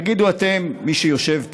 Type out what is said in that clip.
תגידו אתם, מי שיושב פה: